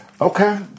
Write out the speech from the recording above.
Okay